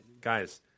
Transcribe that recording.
guys